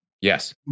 Yes